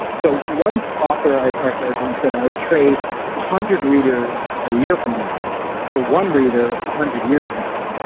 so author i ah heard once, that i would trade a hundred readers a year from now for one reader a hundred years from now.